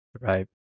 Right